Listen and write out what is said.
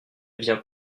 viens